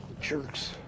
Jerks